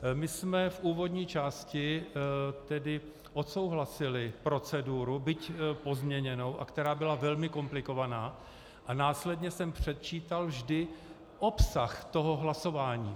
My jsme v úvodní části tedy odsouhlasili proceduru, byť pozměněnou, která byla velmi komplikovaná, a následně jsem předčítal vždy obsah toho hlasování.